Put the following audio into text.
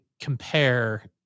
compare